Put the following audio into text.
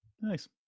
Nice